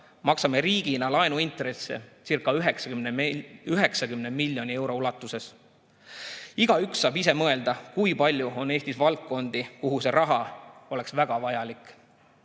maksame riigina laenuintressecirca90 miljoni euro ulatuses. Igaüks saab ise mõelda, kui palju on Eestis valdkondi, kus see raha oleks väga vajalik.